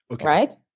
right